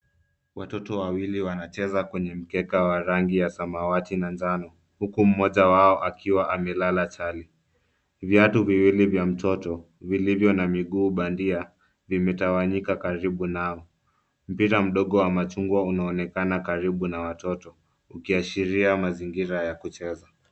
Watoto wawili wanacheza kwenye mkeka wa rangi ya samawati na njano, huku mmoja wao akiwa amelala chali. Viatu viwili vya mtoto vilivyo na miguu bandia, vimetawanyika karibu nao. Mpira mdogo wa machungwa unaonekana karibu na watoto, ukiashiria mazingira ya kucheza.